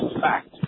fact